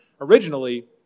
originally